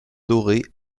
doré